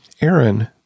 Aaron